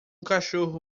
cachorro